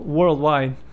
worldwide